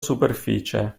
superficie